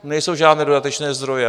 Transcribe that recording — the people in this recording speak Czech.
Nejsou žádné dodatečné zdroje.